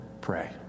pray